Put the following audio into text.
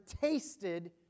tasted